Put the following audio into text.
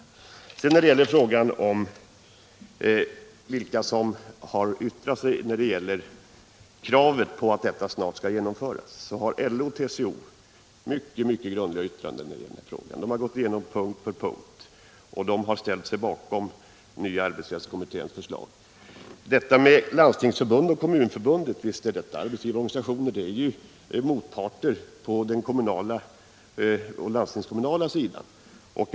facklig verksamhet på arbetsplatsen På frågan om vilka som har yttrat sig för att detta snart skall genomföras vill jag säga att både LO och TCO har kommit med mycket grundliga yttranden; de har gått igenom frågan punkt för punkt och ställt sig bakom den nya arbetsrättskommitténs förslag. Visst är Landstingsförbundet och Kommunförbundet arbetsgivarorganisationer — de är ju arbetstagarnas motparter på den kommunala och den landstingskommunala sidan!